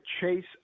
chase